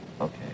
Okay